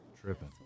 Tripping